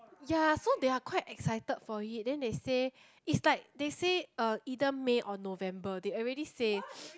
ya so they are quite excited for it then they say it's like they say uh either May or November they already say